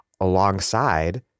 alongside